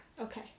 Okay